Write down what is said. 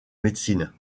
médecine